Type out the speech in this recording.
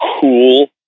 cool